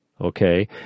okay